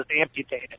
amputated